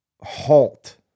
halt